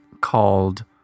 called